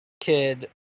kid